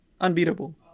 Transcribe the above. Unbeatable